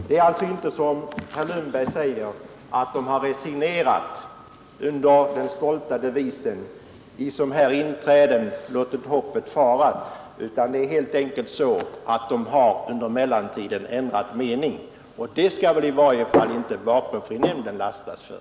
Det är alltså inte så, som herr Lundberg säger, att de har resignerat under den stolta devisen ”I som här inträden, låten hoppet fara” utan det är helt enkelt så, att de har under mellantiden ändrat mening, och det skall väl i varje fall inte vapenfrinämnden lastas för.